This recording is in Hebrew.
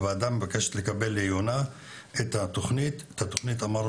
הוועדה מבקשת לקבל לעיונה את התוכנית על מנת לראות